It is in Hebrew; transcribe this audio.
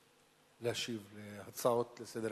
להשיב על ההצעות לסדר-היום.